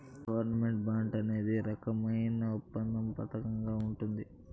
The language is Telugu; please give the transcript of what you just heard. గవర్నమెంట్ బాండు అనేది రకమైన ఒప్పంద పత్రంగా ఉంటది